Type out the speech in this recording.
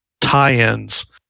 tie-ins